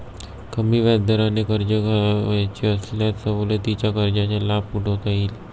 कमी व्याजदराने कर्ज घ्यावयाचे असल्यास सवलतीच्या कर्जाचा लाभ उठवता येईल